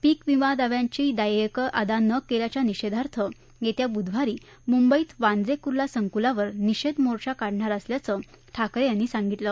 पीक विमा दाव्यांची देयकं अदा न केल्याच्या निषेधार्थ येत्या बुधवारी मुंबईत वांद्रे कुर्ला संकुलावर निषेध मोर्चा काढणार असल्याचं ठाकरे यांनी सांगितलं